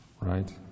right